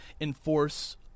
enforce